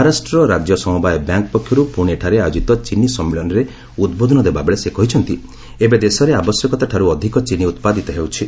ମହାରାଷ୍ଟ୍ର ରାଜ୍ୟ ସମବାୟ ବ୍ୟାଙ୍କ୍ ପକ୍ଷରୁ ପୁଣେଠାରେ ଆୟୋକ୍ତିତ ଚିନି ସମ୍ମିଳନୀରେ ଉଦ୍ବୋଧନ ଦେବାବେଳେ ସେ କହିଛନ୍ତି ଏବେ ଦେଶରେ ଆବଶ୍ୟକତାଠାରୁ ଅଧିକ ଚିନି ଉତ୍ପାଦିତ ହେଉଛି